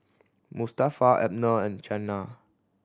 Mustafa Abner and Qiana